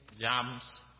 yams